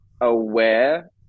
aware